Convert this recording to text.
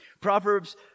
Proverbs